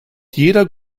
jeder